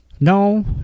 no